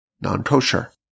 Non-kosher